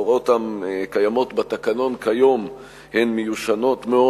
ההוראות הקיימות בתקנון כיום הן מיושנות מאוד